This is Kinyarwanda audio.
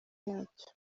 yacyo